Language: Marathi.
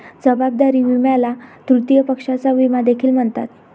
जबाबदारी विम्याला तृतीय पक्षाचा विमा देखील म्हणतात